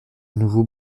nouveau